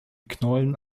knollen